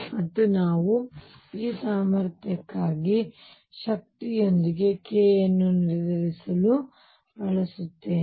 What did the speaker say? ಮತ್ತು ನಾವು ಈ ಸಾಮರ್ಥ್ಯಕ್ಕಾಗಿ ಶಕ್ತಿಯೊಂದಿಗೆ k ಅನ್ನು ನಿರ್ಧರಿಸಲು ಬಳಸುತ್ತೇವೆ